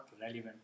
relevant